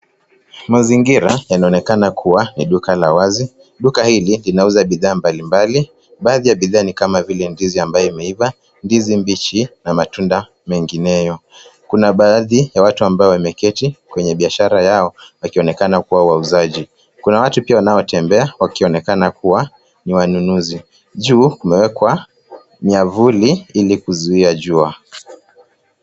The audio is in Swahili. Mazingira yanaonekana kuwa ya duka la wazi. Duka hili linauza bidhaa mbalimbali. Baadhi ya bidhaa ni kama vile ndizi ambayo imeiva, ndizi mbichi na matunda mengineyo. Kuna baadhi ya watu ambao wameketi kwenye biashara yao wakionekana kuwa wauzaji. Kuna watu pia wanaotembea wakionekana kuwa ni wanunuzi. Juu kumewekwa miavuli ili kuzuia jua.